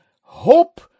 hope